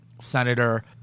senator